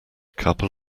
couple